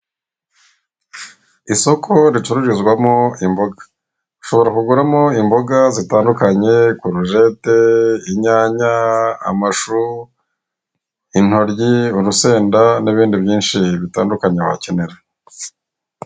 Isoko ricururizwamo imboga, ushobora kuguramo imboga zitandukanye kurujete, inyanya, amashu, intoryi, urusenda n'ibindi byinshi bitandukanye wakenera.